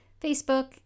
Facebook